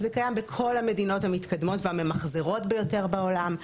זה קיים בכל המדינות המתקדמות והממחזרות ביותר בעולם.